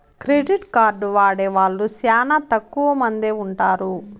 credit card వాడే వాళ్ళు శ్యానా తక్కువ మందే ఉంటారు